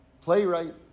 playwright